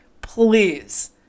please